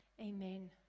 Amen